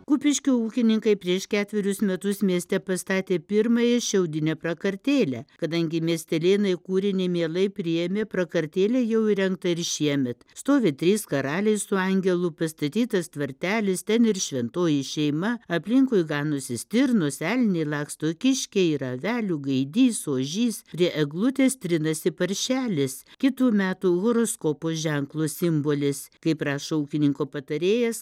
kupiškio ūkininkai prieš ketverius metus mieste pastatė pirmąją šiaudinę prakartėlę kadangi miestelėnai kūrinį mielai priėmė prakartėlė jau įrengta ir šiemet stovi trys karaliai su angelu pristatytas tvartelis ten ir šventoji šeima aplinkui ganosi stirnos elniai laksto kiškiai yra avelių gaidys ožys prie eglutės trinasi paršelis kitų metų horoskopo ženklo simbolis kaip rašo ūkininko patarėjas